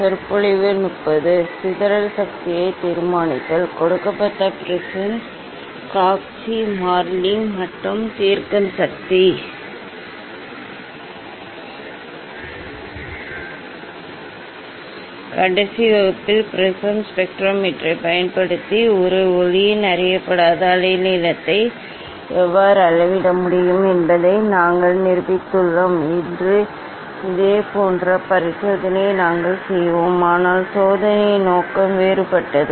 சிதறல் சக்தியை தீர்மானித்தல் கொடுக்கப்பட்ட ப்ரிஸின் காச்சி மாறிலி மற்றும் தீர்க்கும் சக்தி கடைசி வகுப்பில் ப்ரிஸம் ஸ்பெக்ட்ரோமீட்டரைப் பயன்படுத்தி ஒரு ஒளியின் அறியப்படாத அலைநீளத்தை எவ்வாறு அளவிட முடியும் என்பதை நாங்கள் நிரூபித்துள்ளோம் இன்று இதேபோன்ற பரிசோதனையை நாங்கள் செய்வோம் ஆனால் சோதனையின் நோக்கம் வேறுபட்டது